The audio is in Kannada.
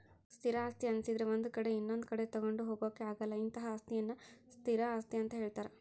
ಸ್ಥಿರ ಆಸ್ತಿ ಅನ್ನಿಸದ್ರೆ ಒಂದು ಕಡೆ ಇನೊಂದು ಕಡೆ ತಗೊಂಡು ಹೋಗೋಕೆ ಆಗಲ್ಲ ಅಂತಹ ಅಸ್ತಿಯನ್ನು ಸ್ಥಿರ ಆಸ್ತಿ ಅಂತ ಹೇಳ್ತಾರೆ